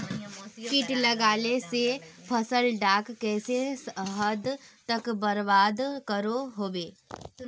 किट लगाले से फसल डाक किस हद तक बर्बाद करो होबे?